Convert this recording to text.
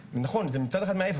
נכון, מצד אחד זה מעייף.